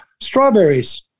strawberries